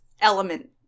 element